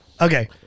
Okay